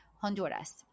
honduras